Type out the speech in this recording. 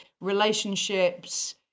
relationships